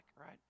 right